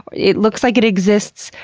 it looks like it exists,